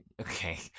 Okay